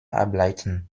ableiten